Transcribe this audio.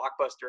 blockbuster